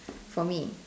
for me